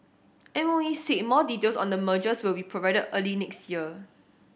M O E said more details on the mergers will be provided early next year